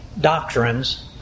doctrines